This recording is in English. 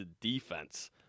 defense